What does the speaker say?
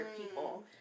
people